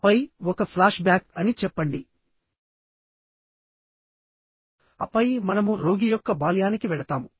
ఆపై ఒక flash back అని చెప్పండి ఆపై మనము రోగి యొక్క బాల్యానికి వెళతాము